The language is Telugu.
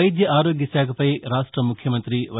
వైద్య ఆరోగ్య శాఖపై రాష్ట ముఖ్యమంతి వై